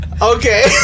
Okay